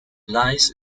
lies